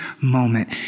moment